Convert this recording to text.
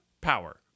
Power